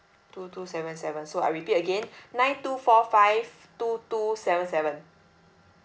two two seven seven so I repeat again nine two four five two two seven seven